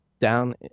down